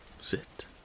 sit